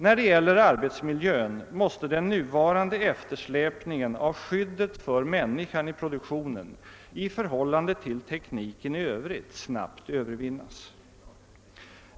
När det gäller arbetsmiljön måste den nuvarande eftersläpningen av skyddet för människan i produktionen i förhållande till tekniken i övrigt snabbt övervinnas.